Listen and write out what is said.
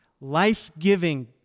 life-giving